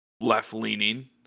left-leaning